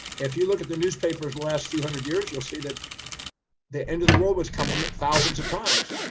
if you look at the newspapers last few hundred years, you'll see that the end of the world was coming thousands of times,